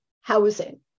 housing